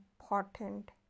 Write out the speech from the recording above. important